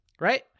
Right